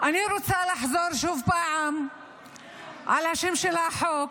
אני רוצה לחזור עוד פעם על השם של החוק,